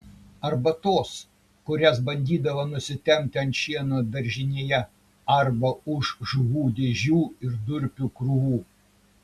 arba tos kurias bandydavo nusitempti ant šieno daržinėje arba už žuvų dėžių ir durpių krūvų